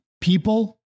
people